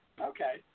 Okay